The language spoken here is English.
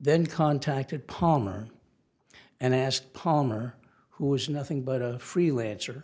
then contacted palmer and asked palmer who was nothing but a freelancer